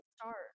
start